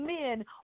men